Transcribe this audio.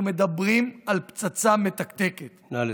אנחנו מדברים על פצצה מתקתקת, נא לסכם.